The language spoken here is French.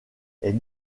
est